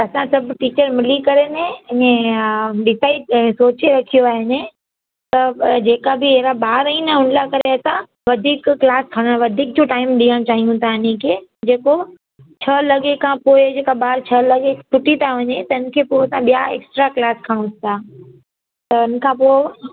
असां सभु टीचर मिली करे न ईएं डिसाइड सोचे रखियो आहिनि त जेका बि अहिड़ा ॿार आहिनि न हुन लाइ करे असां वधीक क्लास खणा वधीक जो टाइम ॾियणु चाहियूं था अ हिन खे जेको छह लॻे खां पोइ जेका ॿार छह लॻे छुटी त वञे त हिन खे पोइ असां ॿिया ऐक्स्ट्रा क्लास खणूं था त हिन खां पोइ